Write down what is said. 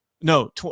no